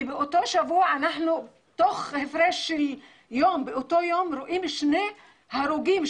ובאותו שבוע תוך הפרש של יום אנחנו רואים שני הרוגים,